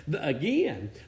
Again